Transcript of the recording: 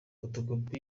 fotokopi